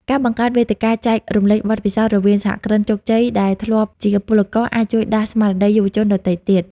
ការបង្កើតវេទិកា "ចែករំលែកបទពិសោធន៍" រវាងសហគ្រិនជោគជ័យដែលធ្លាប់ជាពលករ អាចជួយដាស់ស្មារតីយុវជនដទៃទៀត។